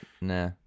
nah